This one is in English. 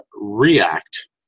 react